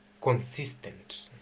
Consistent